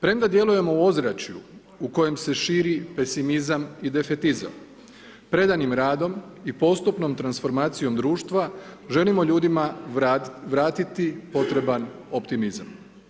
Premda djelujemo u ozračju u kojem se širi pesimizam i defetizam, predanim radom i postupnom transformacijom društva želimo ljudima vratiti potreban optimizam.